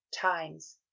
Times